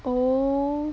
oh